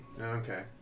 Okay